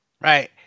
Right